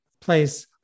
place